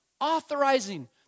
authorizing